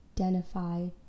identify